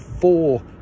four